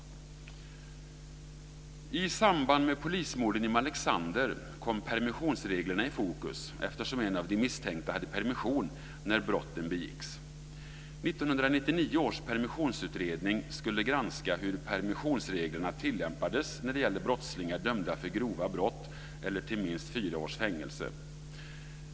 I samband med polismorden i Malexander kom permissionsreglerna i fokus eftersom en av de misstänkta hade permission när brotten begicks. 1999 års permissionsutredning skulle granska hur permissionsreglerna tillämpades när det gäller brottslingar dömda för grova brott eller till minst fyra års fängelse.